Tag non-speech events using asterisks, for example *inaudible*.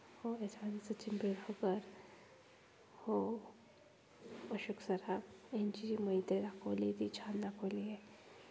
हो *unintelligible* सचिन पिळगांवकर हो अशोक सराफ यांची जी मैत्री दाखवली ती छान दाखवली आहे